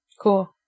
Cool